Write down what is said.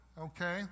okay